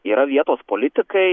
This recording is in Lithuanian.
yra vietos politikai